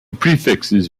prefixes